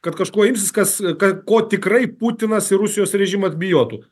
kad kažko imsis kas ka ko tikrai putinas ir rusijos režimas bijotų